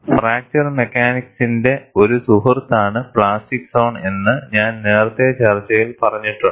fracture മെക്കാനിക്സിന്റെ ഒരു സുഹൃത്താണ് പ്ലാസ്റ്റിക് സോൺ എന്ന് ഞാൻ നേരത്തെ ചർച്ചയിൽ പറഞ്ഞിട്ടുണ്ട്